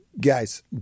Guys